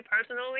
personally